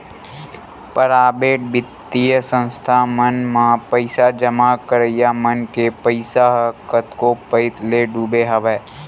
private बित्तीय संस्था मन म पइसा जमा करइया मन के पइसा ह कतको पइत ले डूबे हवय